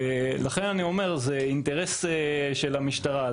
אני חוזר שזה אינטרס של המשטרה,